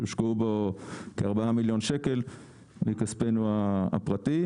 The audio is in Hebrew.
שהושקעו בו כארבעה מיליון שקל מכספנו הפרטי.